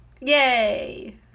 yay